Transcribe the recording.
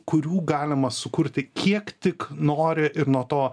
kurių galima sukurti kiek tik nori ir nuo to